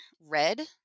red